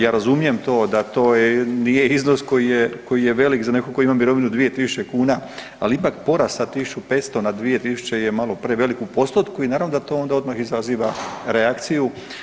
Ja razumijem to da to nije iznos koji je velik za nekoga tko ima mirovinu 2000 kuna, ali ipak porast sa 1500 na 2000 je malo prevelik u postotku i naravno da to onda odmah izaziva reakciju.